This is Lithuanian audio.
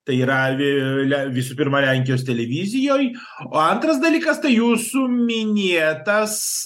tai yra vi le visų pirma lenkijos televizijoj o antras dalykas tai jūsų minėtas